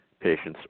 patients